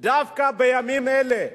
דווקא בימים אלה,